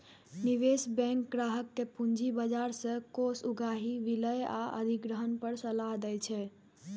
निवेश बैंक ग्राहक कें पूंजी बाजार सं कोष उगाही, विलय आ अधिग्रहण पर सलाह दै छै